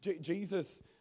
Jesus